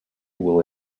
will